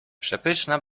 przepyszna